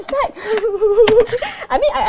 fact I mean I I